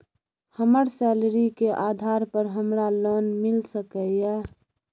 हमर सैलरी के आधार पर हमरा लोन मिल सके ये?